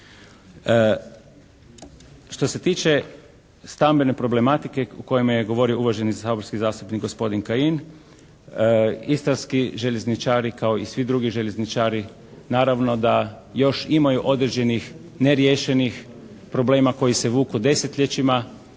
Što se tiče stambene problematike o kojemu je govorio uvaženi saborski zastupnik gospodin Kajin istarski željezničari kao i svi drugi željezničari naravno da još imaju određenih neriješenih problema koji se vuku desetljećima,